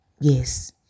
Yes